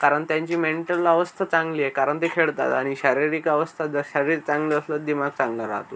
कारण त्यांची मेंटल अवस्था चांगली आहे कारण ते खेळतात आणि शारीरिक अवस्था जर शरीर चांगलं असलं दिमाग चांगला राहतो